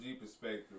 perspective